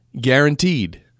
Guaranteed